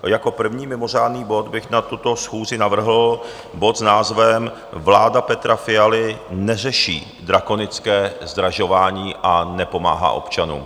Jako první mimořádný bod bych na tuto schůzi navrhl bod s názvem Vláda Petra Fialy neřeší drakonické zdražování a nepomáhá občanům.